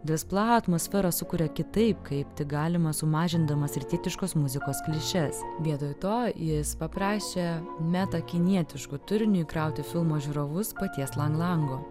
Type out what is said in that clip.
despla atmosferą sukuria kitaip kaip tik galima sumažindamas rytietiškos muzikos klišes vietoj to jis paprašė meta kinietišku turinio įkrauti filmo žiūrovus paties lang lango